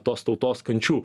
tos tautos kančių